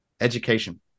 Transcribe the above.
Education